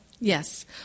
yes